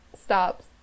stops